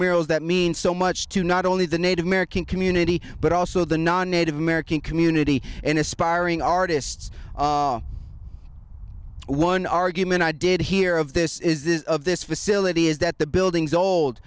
merrill's that mean so much to not only the native american community but also the non native american community in aspiring artists one argument i did hear of this is this of this facility is that the buildings old